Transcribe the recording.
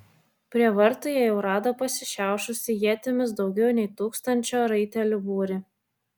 prie vartų jie jau rado pasišiaušusį ietimis daugiau nei tūkstančio raitelių būrį